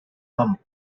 mum